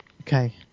okay